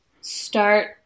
start